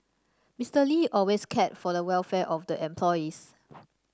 Mister Lee always cared for the welfare of the employees